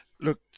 Look